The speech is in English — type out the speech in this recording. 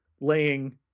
laying